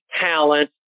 talent